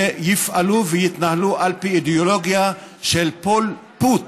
שיפעלו ויתנהלו על פי אידיאולוגיה של פול פוט,